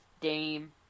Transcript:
Dame